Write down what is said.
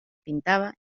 pintaba